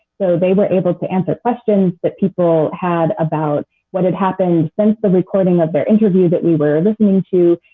so they were able to answer questions that people had about what had happened since the recording of their interview that we were listening to,